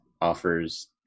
offers